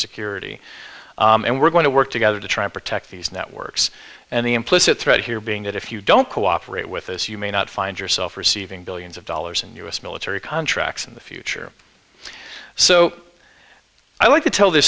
security and we're going to work together to try and protect these networks and the implicit threat here being that if you don't cooperate with us you may not find yourself receiving billions of dollars in u s military contracts in the future so i like to tell th